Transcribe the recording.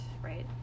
right